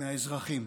מהאזרחים,